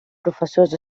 professors